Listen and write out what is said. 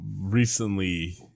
recently